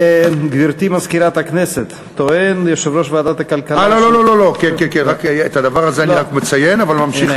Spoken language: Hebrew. ואני מזמין את יושב-ראש ועדת הכלכלה, חבר הכנסת